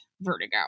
vertigo